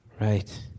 Right